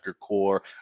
core